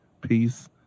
Peace